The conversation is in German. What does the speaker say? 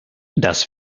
das